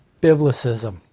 Biblicism